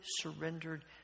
surrendered